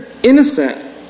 innocent